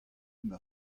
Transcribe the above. mar